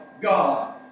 God